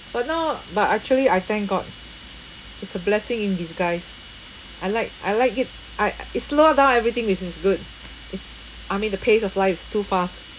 but now but actually I thank god it's a blessing in disguise I like I like it I it's slow down everything which is good it's I mean the pace of life is too fast